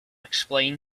explain